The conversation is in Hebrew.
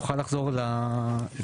נוכל לחזור על השינויים.